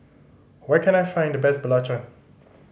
where can I find the best belacan